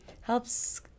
helps